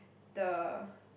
the